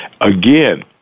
again